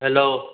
hello